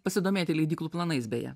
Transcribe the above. pasidomėti leidyklų planais beje